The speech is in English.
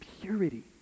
purity